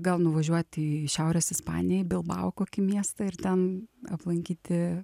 gal nuvažiuoti į šiaurės ispaniją į bilbao kokį miestą ir ten aplankyti